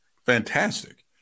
fantastic